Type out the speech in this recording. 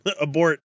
Abort